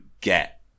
get